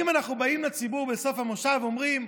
אנחנו באים לציבור בסוף המושב ואומרים,